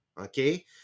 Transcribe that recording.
okay